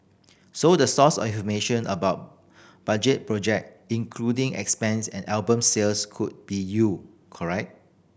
so the source of information about budget project including expense and album sales could be you correct